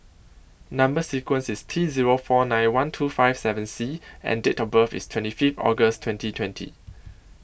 Number sequence IS T Zero four nine one two five seven C and Date of birth IS twenty Fifth August twenty twenty